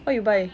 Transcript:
what you buy